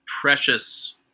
precious